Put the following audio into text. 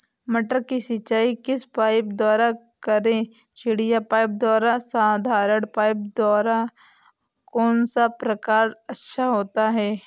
मटर की सिंचाई किस पाइप द्वारा करें चिड़िया पाइप द्वारा या साधारण पाइप द्वारा कौन सा प्रकार अच्छा होता है?